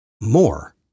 more